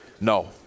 No